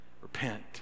Repent